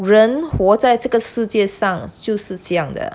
人活在这个世界上就是这样的